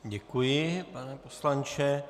Děkuji, pane poslanče.